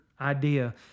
idea